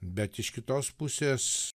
bet iš kitos pusės